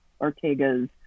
Ortega's